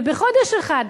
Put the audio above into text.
ובחודש אחד,